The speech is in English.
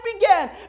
began